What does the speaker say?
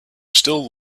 still